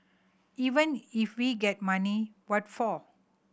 even if we get money what for